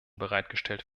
bereitgestellt